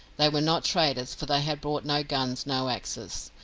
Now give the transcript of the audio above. they were not traders, for they had brought no guns, no axes.